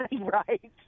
Right